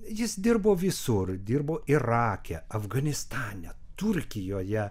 jis dirbo visur dirbo irake afganistane turkijoje